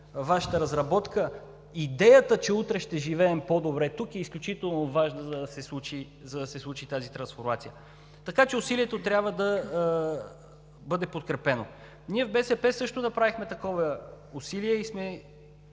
Вашата разработка, идеята, че утре ще живеем по-добре тук, е изключително важна, за да се случи тази трансформация. Така че усилието трябва да бъде подкрепено. Ние в БСП също направихме такова усилие и сме